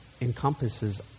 encompasses